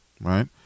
right